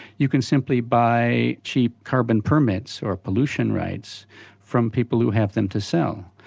you can simply buy cheap carbon permits or pollution rights from people who have them to sell.